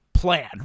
plan